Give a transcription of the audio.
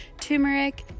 turmeric